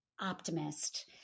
optimist